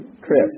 Chris